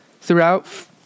Throughout